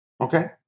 Okay